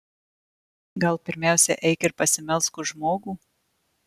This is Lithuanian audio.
gal pirmiausia eik ir pasimelsk už žmogų